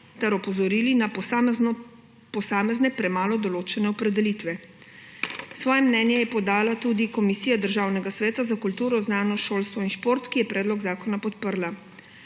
ter opozorili na posamezne premalo določene opredelitve. Svoje mnenje je podala tudi Komisija Državnega sveta za kulturo, znanost, šolstvo in šport, ki je predlog zakona podprla.